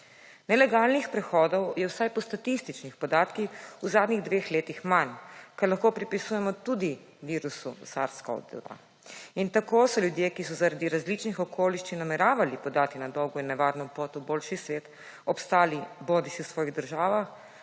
Nelegalnih prehodov je vsaj po statističnih podatkih v zadnjih dveh letih manj, kar lahko pripisujemo tudi virusi Sars-CoV-2 in tako so ljudje, ki so zaradi različnih okoliščin nameravali podati na dolgo in nevarno pot v boljši svet obstali bodisi v svojih državah